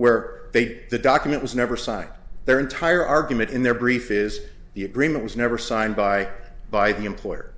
where they did the document was never signed their entire argument in their brief is the agreement was never signed by by the employer